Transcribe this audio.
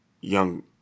young